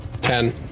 ten